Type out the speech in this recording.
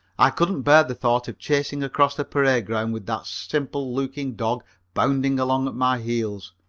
i couldn't bear the thought of chasing across the parade ground with that simple-looking dog bounding along at my heels.